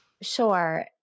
Sure